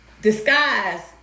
disguise